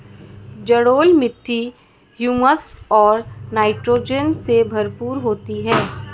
जलोढ़ मिट्टी हृयूमस और नाइट्रोजन से भरपूर होती है